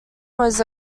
was